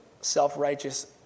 self-righteous